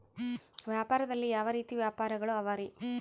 ವ್ಯಾಪಾರದಲ್ಲಿ ಯಾವ ರೇತಿ ವ್ಯಾಪಾರಗಳು ಅವರಿ?